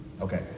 Okay